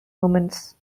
movements